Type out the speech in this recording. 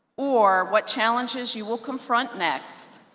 or what challenges you will confront next,